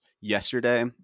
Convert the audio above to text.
yesterday